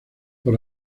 por